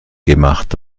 gemacht